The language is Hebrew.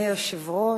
אדוני היושב-ראש,